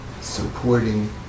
supporting